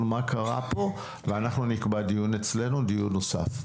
מה קרה פה ואנחנו נקבע דיון אצלנו דיון נוסף.